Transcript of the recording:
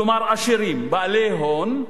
כלומר עשירים בעלי הון,